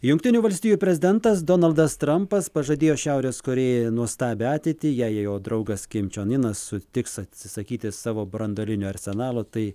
jungtinių valstijų prezidentas donaldas trampas pažadėjo šiaurės korėjoje nuostabią ateitį jei jo draugas kim čion inas sutiks atsisakyti savo branduolinio arsenalo tai